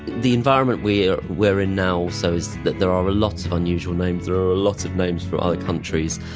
the environment we're we're in now so is that there are a lot of unusual names, there are a lot of names from other countries,